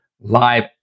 live